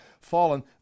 fallen